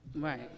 Right